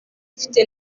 mfite